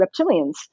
reptilians